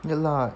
ya lah